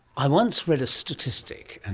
i once read a statistic, and